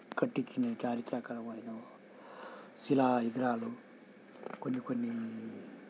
కట్టించిన చారిత్రకమైన శిలా విగ్రహాలు కొన్ని కొన్ని